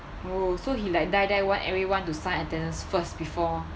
oh so he like die die want everyone to sign attendance first before